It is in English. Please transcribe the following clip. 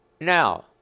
now